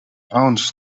owns